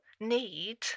need